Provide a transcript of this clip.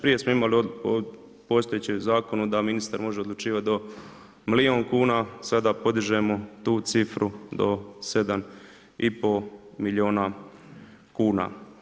Prije smo imali u postojećem zakonu, da ministar može odlučivati do miliju kuna, sada podižemo tu cifru do 7,5 milijuna kn.